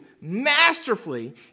masterfully